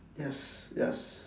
yes yes